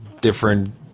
different